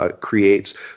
creates